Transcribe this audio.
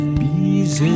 bees